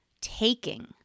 Taking